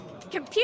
Computer